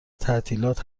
تعطیلات